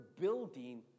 building